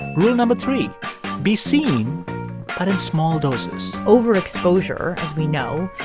rule no. three be seen but in small doses overexposure, as we know,